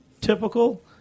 typical